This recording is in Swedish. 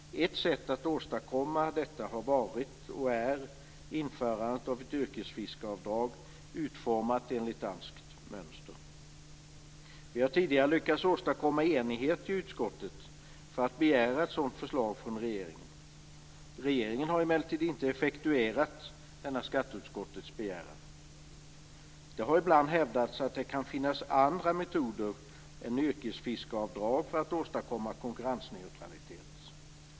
Ett sätt att åstadkomma detta har varit och är införandet av ett yrkesfiskeavdrag, utformat enligt danskt mönster. Vi har tidigare lyckats åstadkomma enighet i utskottet för att begära ett sådant förslag från regeringen. Regeringen har emellertid inte effektuerat denna skatteutskottets begäran. Det har ibland hävdats att det kan finnas andra metoder än yrkesfiskeavdrag för att åstadkomma konkurrensneutralitet.